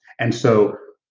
and so,